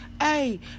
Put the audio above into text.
Hey